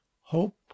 hope